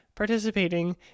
participating